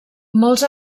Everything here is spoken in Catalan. molts